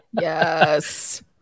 yes